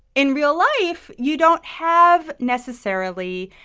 in real life, you don't have, necessarily,